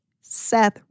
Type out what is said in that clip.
Seth